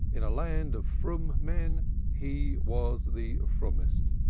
in a land of froom men he was the froomest.